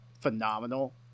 phenomenal